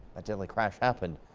a deadly crash happened.